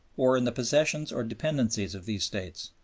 or in the possessions or dependencies of these states,